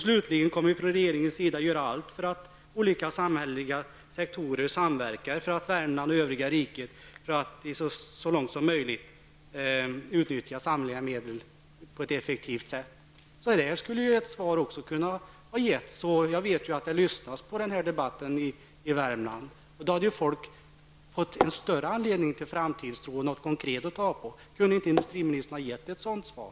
Slutligen kommer vi från regeringens sida att göra allt för att olika samhälleliga sektorer skall samverka i Värmland och det övriga riket för att man så långt möjligt skall kunna utnyttja samhällets medel på ett effektivt sätt. Så skulle ett svar kunna se ut. Jag vet att man i Värmland lyssnar på denna debatt. Då hade folket fått orsak till en större framtidstro. Det hade varit något konkret att ta på. Kunde inte industriministern ha givit ett sådant svar?